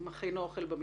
נכון.